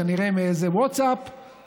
כנראה מאיזה ווטסאפ,